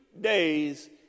days